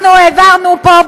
אנחנו העברנו פה,